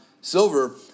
Silver